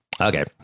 Okay